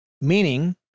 Meaning